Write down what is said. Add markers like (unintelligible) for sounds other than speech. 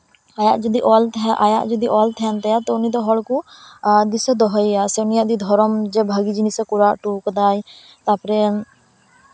ᱟᱭᱟᱜ ᱡᱩᱫᱤ ᱚᱞ (unintelligible) ᱟᱭᱟᱜ ᱡᱩᱫᱤ ᱚᱞ ᱛᱟᱦᱮᱱ ᱛᱟᱭᱟ ᱛᱚ ᱩᱱᱤᱫᱚ ᱦᱚᱲ ᱠᱚ ᱫᱤᱥᱟᱹ ᱫᱚᱦᱚᱭᱮᱭᱟ ᱥᱮ ᱩᱱᱤ ᱡᱮ ᱫᱷᱚᱨᱚᱢ ᱡᱮ ᱵᱷᱟᱜᱮ ᱡᱤᱱᱤᱥᱮᱭ ᱠᱚᱨᱟᱣ ᱦᱚᱴᱚᱣᱟᱠᱟᱫᱟᱭ ᱛᱟᱯᱚᱨᱮ